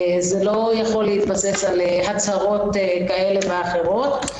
זה לא יכול להתבסס על הצהרות כאלה ואחרות.